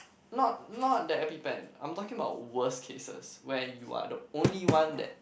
not not that epipen I'm talking about worst cases where you are the only one that